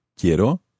Quiero